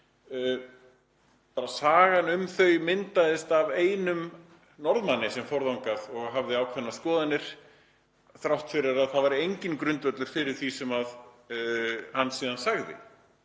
— sagan um það varð til hjá einum Norðmanni sem fór þangað og hafði ákveðnar skoðanir þrátt fyrir að það væri enginn grundvöllur fyrir því sem hann síðan sagði.